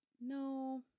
No